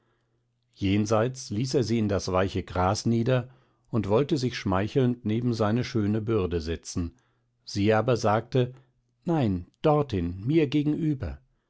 jenseits ließ er sie in das weiche gras nieder und wollte sich schmeichelnd neben seine schöne bürde setzen sie aber sagte nein dorthin mir gegenüber